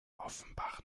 offenbach